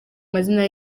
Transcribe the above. mazina